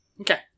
okay